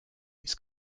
its